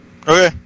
okay